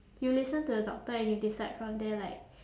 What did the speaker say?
you listen to the doctor and you decide from there like